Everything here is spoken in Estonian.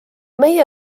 meie